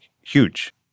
huge